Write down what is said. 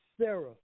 Sarah